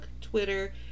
Twitter